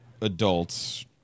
adults